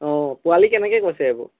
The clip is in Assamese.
অ পোৱালি কেনেকৈ কৈছে এইবোৰ